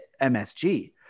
MSG